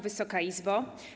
Wysoka Izbo!